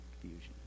confusion